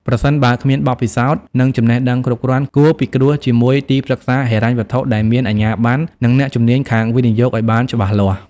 ប្រសិនបើ គ្មានបទពិសោធន៍ និងចំណេះដឹងគ្រប់គ្រាន់ គួរពិគ្រោះជាមួយទីប្រឹក្សាហិរញ្ញវត្ថុដែលមានអាជ្ញាប័ណ្ណ និងអ្នកជំនាញខាងវិនិយោគអោយបានច្បាស់លាស់។